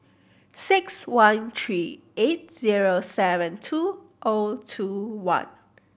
six one three eight zero seven two O two one